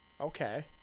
Okay